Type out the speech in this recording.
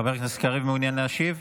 חבר הכנסת קריב, מעוניין להשיב?